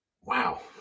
wow